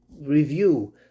review